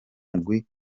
mugwi